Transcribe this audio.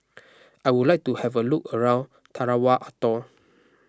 I would like to have a look around Tarawa Atoll